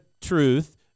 truth